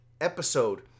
episode